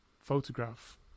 photograph